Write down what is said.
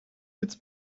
it’s